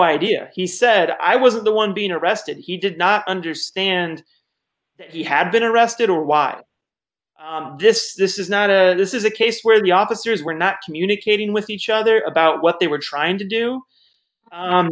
idea he said i wasn't the one being arrested he did not understand that he had been arrested or why this this is not a this is a case where the officers were not communicating with each other about what they were trying to do